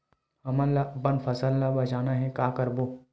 हमन ला अपन फसल ला बचाना हे का करबो?